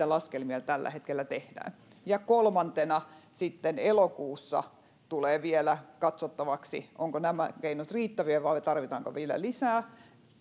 laskelmia tällä hetkellä tehdään kolmantena sitten elokuussa tulee vielä katsottavaksi ovatko nämä keinot riittäviä vai tarvitaanko vielä lisää